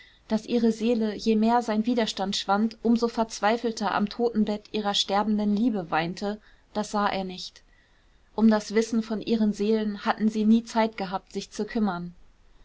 daß ihre seele je mehr sein widerstand schwand um so verzweifelter am totenbett ihrer sterbenden liebe weinte das sah er nicht um das wissen von ihren seelen hatten sie nie zeit gehabt sich zu kümmern